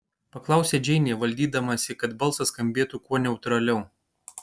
paklausė džeinė valdydamasi kad balsas skambėtų kuo neutraliau